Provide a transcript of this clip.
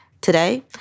today